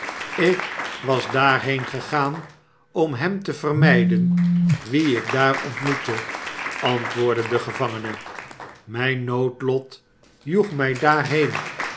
ik was daarheen gegaan om hem te vermijden wien ik daar ontmoette antwoordde de gevangene mijn noodlot joeg mij daarheen